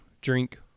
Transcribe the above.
drink